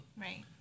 Right